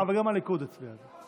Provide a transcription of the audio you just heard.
אבל גם הליכוד הצביע על זה.